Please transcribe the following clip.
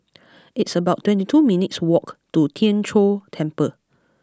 it's about twenty two minutes' walk to Tien Chor Temple